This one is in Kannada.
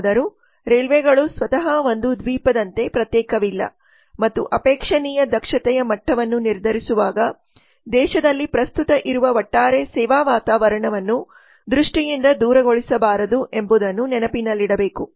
ಹೇಗಾದರೂ ರೈಲ್ವೆಗಳು ಸ್ವತಃ ಒಂದು ದ್ವೀಪದಂತೆ ಪ್ರತ್ಯೇಕವಿಲ್ಲ ಮತ್ತು ಅಪೇಕ್ಷಣೀಯ ದಕ್ಷತೆಯ ಮಟ್ಟವನ್ನು ನಿರ್ಧರಿಸುವಾಗ ದೇಶದಲ್ಲಿ ಪ್ರಸ್ತುತ ಇರುವ ಒಟ್ಟಾರೆ ಸೇವಾ ವಾತಾವರಣವನ್ನು ದೃಷ್ಟಿಯಿಂದ ದೂರಗೊಳಿಸ ಬಾರದು ಎಂಬುದನ್ನು ನೆನಪಿನಲ್ಲಿಡಬೇಕು